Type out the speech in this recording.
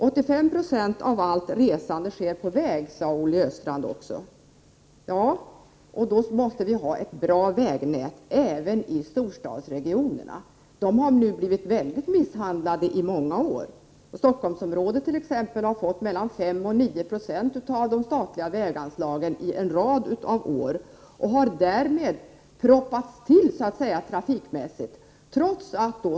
85 Yo av allt resande sker på vägar, sade Olle Östrand. Ja, och då måste vi ha ett bra vägnät även i storstadsregionerna. De har nu blivit väldigt misshandlade i många år. Stockholmsområdet t.ex. har fått mellan 5 och 9 Jo av de statliga väganslagen i en rad år och har därmed trafikmässigt proppats till.